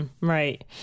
Right